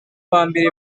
bambere